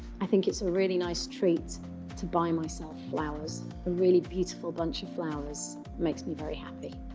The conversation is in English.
i think it's a really nice treat to buy myself flowers. a really beautiful bunch of flowers makes me very happy.